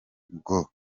ngo